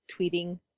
tweeting